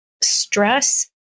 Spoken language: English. Stress